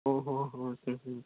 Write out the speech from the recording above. ଓହୋ ହୋ